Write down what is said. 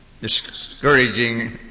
discouraging